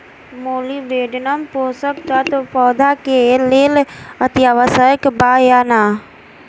Molybdenum पोषक तत्व पौधा के लेल अतिआवश्यक बा या न?